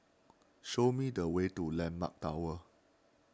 show me the way to Landmark Tower